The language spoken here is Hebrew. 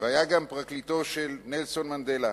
והיה גם פרקליטו של נלסון מנדלה,